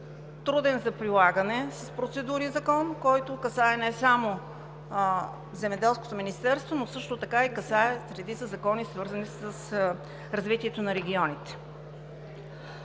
труден за прилагане с процедури Закон, който касае не само Земеделското министерство, но също така и редица закони, свързани с развитието на регионите.